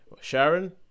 sharon